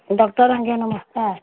doctor ଆଜ୍ଞା ନମସ୍କାର୍